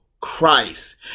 Christ